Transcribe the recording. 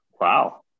Wow